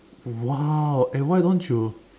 !wow! eh why don't you